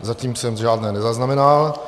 Zatím jsem žádné nezaznamenal.